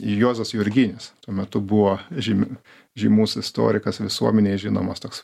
juozas jurginis tuo metu buvo žym žymus istorikas visuomenėje žinomas toks